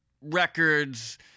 records